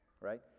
Right